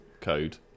code